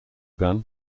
gun